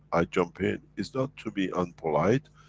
i jump in. it's not to be impolite,